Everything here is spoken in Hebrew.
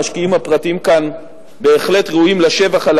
המשקיעים הפרטיים כאן בהחלט ראויים לשבח על